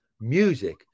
music